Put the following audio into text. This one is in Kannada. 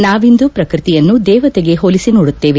ನಾವಿಂದು ಪ್ರಕೃತಿಯನ್ನು ದೇವತೆಗೆ ಹೋಲಿಸಿ ನೋಡುತ್ತೇವೆ